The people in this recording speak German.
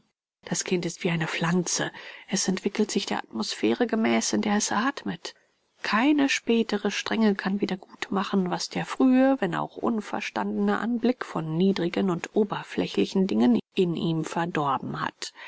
das kind ist wie eine pflanze es entwickelt sich der atmosphäre gemäß in der es athmet keine spätere strenge kann wieder gut machen was der frühe wenn auch unverstandene anblick von niedrigen und oberflächlichen dingen in ihm verdorben hat